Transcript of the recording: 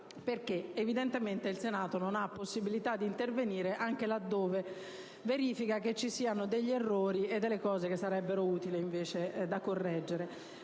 Camera; evidentemente il Senato non ha possibilità di intervenire, anche laddove verifica che vi sono degli errori e degli aspetti che sarebbe utile correggere.